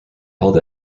held